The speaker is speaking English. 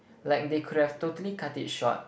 like they could have totally cut it short